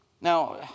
Now